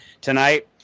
tonight